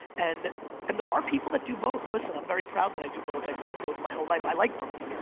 and and there are people that do both. listen, i'm very proud that i do both, i've done both my whole life. i like both,